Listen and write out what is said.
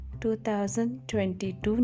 2022